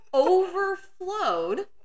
Overflowed